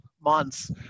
months